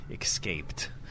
escaped